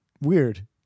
Weird